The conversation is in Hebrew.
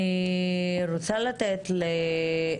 תודה.